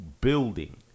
building